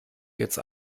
jetzt